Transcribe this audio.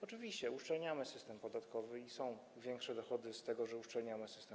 Oczywiście uszczelniamy system podatkowy i są większe dochody z tego, że uszczelniamy ten system.